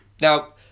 now